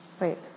wait